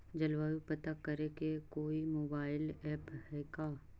जलवायु पता करे के कोइ मोबाईल ऐप है का?